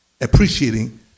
appreciating